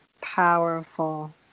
Powerful